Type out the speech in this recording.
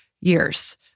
years